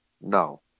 no